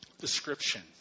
description